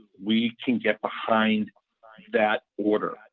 we can get behind that order.